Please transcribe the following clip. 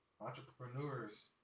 entrepreneurs